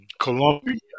Colombia